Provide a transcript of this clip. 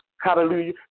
hallelujah